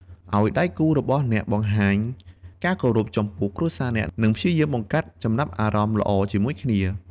ឲ្យដៃគូរបស់អ្នកបង្ហាញការគោរពចំពោះគ្រួសារអ្នក និងព្យាយាមបង្កើតចំណាប់អារម្មណ៍ល្អជាមួយគ្នា។